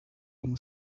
him